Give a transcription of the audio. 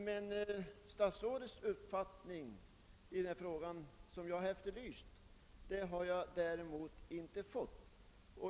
Men statsrådets uppfattning i denna fråga som jag efterlyst har jag dock inte fått.